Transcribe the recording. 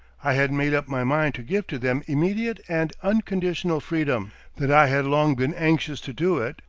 i had made up my mind to give to them immediate and unconditional freedom that i had long been anxious to do it,